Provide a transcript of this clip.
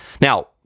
Now